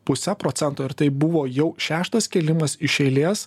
puse procento ir tai buvo jau šeštas kėlimas iš eilės